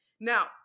Now